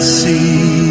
see